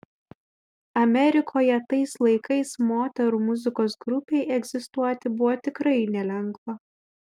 amerikoje tais laikais moterų muzikos grupei egzistuoti buvo tikrai nelengva